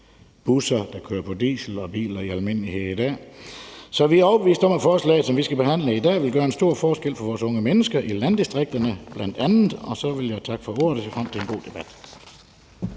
busser, der kører på diesel og biler i almindelighed i dag. Så vi er overbevist om, at forslaget her, som behandles i dag, vil gøre en stor forskel for vores unge mennesker i bl.a. landdistrikterne. Jeg vil sige tak for ordet og se frem til den god debat.